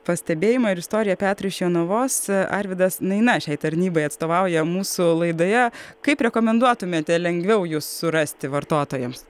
pastebėjimą ir istoriją petro iš jonavos arvydas naina šiai tarnybai atstovauja mūsų laidoje kaip rekomenduotumėte lengviau jus surasti vartotojams